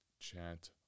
Chant